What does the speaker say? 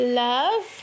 love